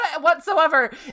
whatsoever